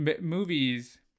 Movies